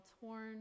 torn